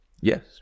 Yes